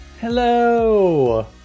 Hello